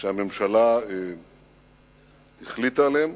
שהממשלה החליטה עליהם,